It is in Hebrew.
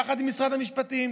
יחד עם משרד המשפטים,